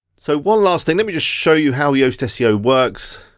so one last thing, let me just show you how yoast seo works.